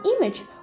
image